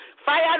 Fire